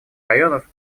районов